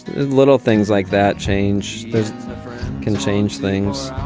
little things like that change can change things.